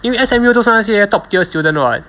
因为 S_M_U 都是那些 top tier student [what]